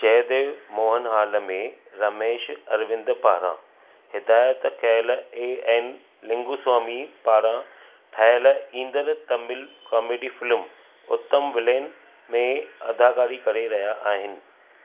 Jaydev Mohan hall में रमेश अरविंद पारां हिदायत कयलु ए एन लिंगुस्वामी पारां ठाहियलु ईंदड़ु तमिल कॉमेडी फ़िल्मु उत्तम विलेन में अदाकारी करे रहिया आहिनि